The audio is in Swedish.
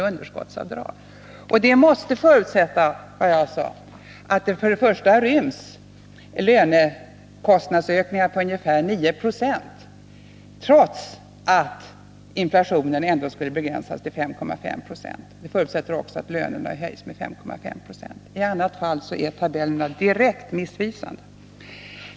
i underskottsavdrag. Och det måste förutsätta, som jag sade, att det ryms lönekostnadsökningar på ungefär 9 96, trots att inflationen ändå skulle begränsas till 5,5 20. Det förutsätter också att lönerna höjs med 5,5 20. I annat fall är tabellerna direkt missvisande.